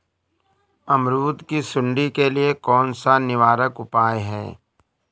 अमरूद की सुंडी के लिए कौन सा निवारक उपाय है?